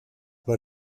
but